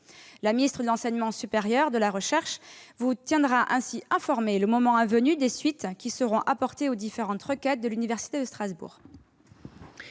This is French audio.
La ministre de l'enseignement supérieur, de la recherche et de l'innovation vous tiendra ainsi informé, le moment venu, des suites qui seront apportées aux différentes requêtes de l'université de Strasbourg.